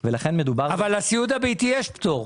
אבל לסיעוד הביתי יש פטור.